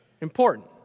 Important